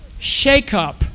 shakeup